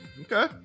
Okay